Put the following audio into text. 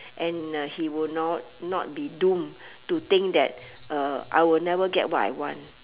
and uh he will not not be doomed to think that uh I will never get what I want